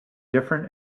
different